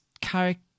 Character